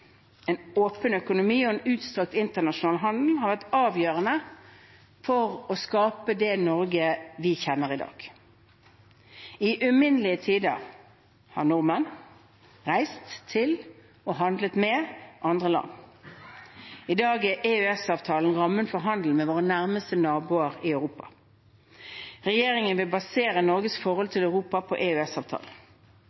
En åpen økonomi og en utstrakt internasjonal handel har vært avgjørende for å skape det Norge vi kjenner i dag. I uminnelige tider har nordmenn reist til, og handlet med, andre land. I dag er EØS-avtalen rammen for handelen med våre nærmeste naboer i Europa. Regjeringen vil basere Norges forhold